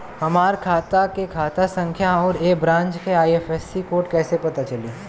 हमार खाता के खाता संख्या आउर ए ब्रांच के आई.एफ.एस.सी कोड कैसे पता चली?